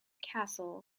castle